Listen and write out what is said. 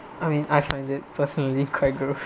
I mean I find it personally quite crud